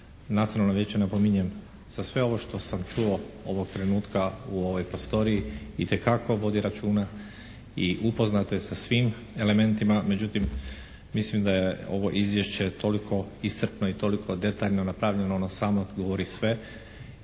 Nacionalno vijeće napominjem za sve ovo što sam čuo ovog trenutka u ovoj prostoriji itekako vodi računa i upoznato je sa svim elementima. Međutim, mislim da je ovo izvješće toliko iscrpno i toliko detaljno napravljeno, ono samo govori sve.